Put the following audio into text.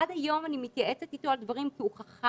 עד היום אני מתייעצת איתו על דברים כי הוא חכם,